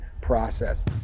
process